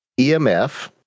EMF